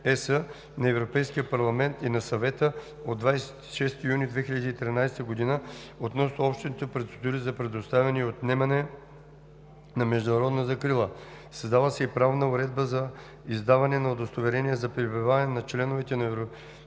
на Европейския парламент и на Съвета от 26 юни 2013 г. относно общите процедури за предоставяне и отнемане на международна закрила. Създава се и правна уредба за издаване на удостоверения за пребиваване на членовете на семейството